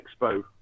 Expo